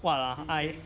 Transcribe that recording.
what ah I